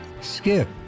Skip